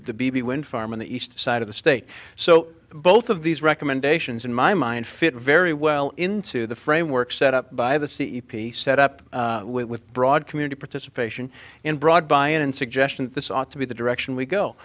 the b b wind farm on the east side of the state so both of these recommendations in my mind fit very well into the framework set up by the c e p t set up with broad community participation in broad buy in and suggestion that this ought to be the direction we go